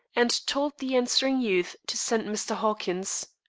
and told the answering youth to send mr. hawkins.